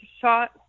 shot